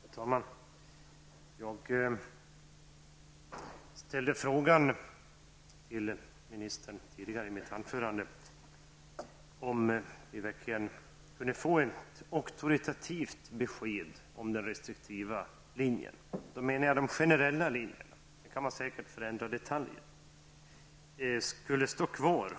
Herr talman! Jag ställde frågan till ministern tidigare i mitt anförande om vi verkligen kunde få ett auktoritativt besked om den restriktiva linjen -- och då menade jag de generella linjerna, man kan säkert förändra detaljerna -- skulle stå kvar.